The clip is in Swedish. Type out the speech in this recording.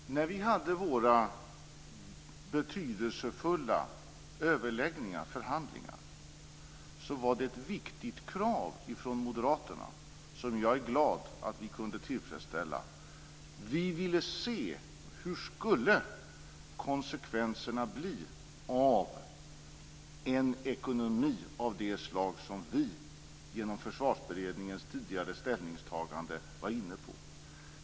Fru talman! När vi hade våra betydelsefulla förhandlingar var det ett viktigt krav från moderaterna som jag är glad att vi kunde tillfredsställa. Vi ville se hur konsekvenserna skulle bli av en ekonomi av det slag som vi genom Försvarsberedningens tidigare ställningstagande var inne på.